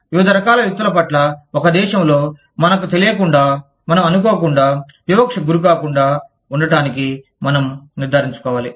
వివిధ రకాల వ్యక్తుల పట్ల ఒక దేశంలో మనకు తెలియకుండా మనం అనుకోకుండా వివక్షకు గురికాకుండా ఉండటానికి మనం నిర్ధారించుకోవాలి